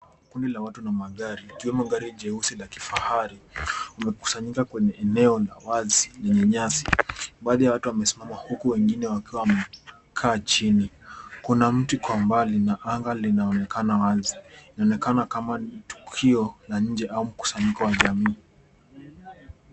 Kundi la watu na magari, ikiwemo gari jeusi la kifahari wamekusanyika kwenye eneo la wazi lenye nyasi. Baadhi ya watu wamesimama huku wengine wakiwa wamekaa chini. Kuna mti kwa mbali na anga linaonekana wazi. Inaonekana kama ni tukio la nje au mkusanyiko wa jamii.